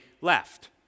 left